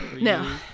no